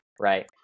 right